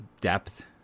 depth